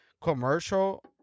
commercial